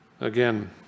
again